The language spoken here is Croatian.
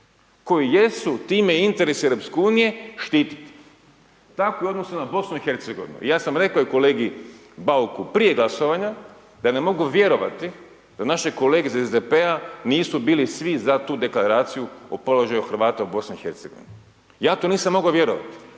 koji jesu time interesi Europske unije, štititi. Takve .../Govornik se ne razumije./... na Bosnu i Hercegovinu, i ja sam rekao i kolegi Bauku prije glasovanja, da ne mogu vjerovati, da naše kolege iz SDP-a, nisu bili svi za tu Deklaraciju o položaju Hrvata u Bosni i Hercegovini. Ja to nisam mogao vjerovati.